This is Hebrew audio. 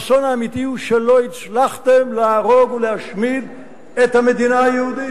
האסון האמיתי הוא שלא הצלחתם להרוג ולהשמיד את המדינה היהודית.